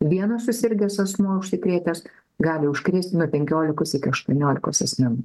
vienas susirgęs asmuo užsikrėtęs gali užkrėsti nuo penkiolikos iki aštuoniolikos asmenų